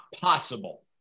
possible